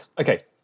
okay